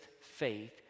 faith